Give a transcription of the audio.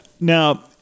Now